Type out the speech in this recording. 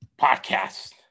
Podcast